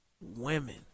women